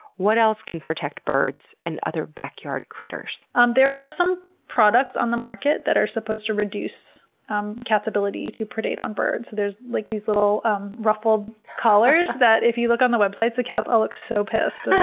what else can protect birds and other backyard critters? um there are some products on the market that are supposed to reduce um cat's ability to predate on birds. there's like these little ruffled collars that, if you look on the websites, the cats all look so pissed. yeah